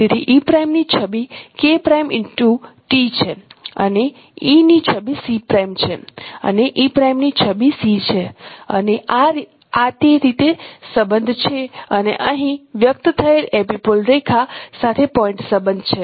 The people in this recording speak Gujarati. તેથી e' ની છબી છે અને e ની છબી C' છે અને e' ની છબી C છે અને આ તે રીતે સંબંધ છે અને અહીં વ્યક્ત થયેલ એપિપોલર રેખા સાથે પોઇન્ટ સંબંધ છે